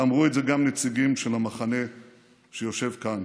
ואמרו את זה גם נציגים של המחנה שיושב כאן.